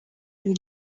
you